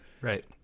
right